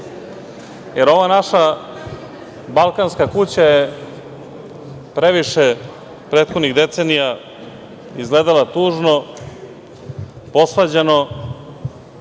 Jer, ova naša balkanska kuća je previše prethodnih decenija izgledala tužno, posvađano